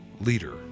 leader